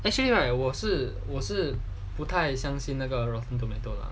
actually right 我是我是不太相信那个 rotten tomato 了